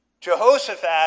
Jehoshaphat